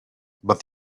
but